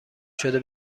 شده